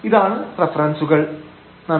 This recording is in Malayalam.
ഇതാണ് റഫറൻസുകൾ നന്ദി